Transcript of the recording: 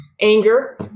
Anger